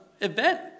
event